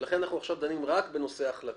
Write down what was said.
לכן אנחנו עכשיו דנים רק בנושא ההחלטה.